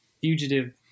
fugitive